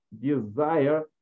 desire